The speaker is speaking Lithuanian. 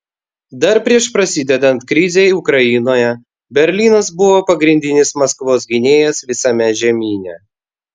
dar prieš prasidedant krizei ukrainoje berlynas buvo pagrindinis maskvos gynėjas visame žemyne